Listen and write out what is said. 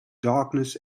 darkness